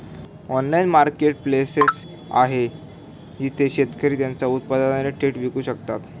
Online marketplace आहे जिथे शेतकरी त्यांची उत्पादने थेट विकू शकतात?